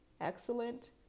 excellent